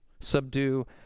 subdue